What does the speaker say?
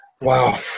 Wow